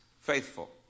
faithful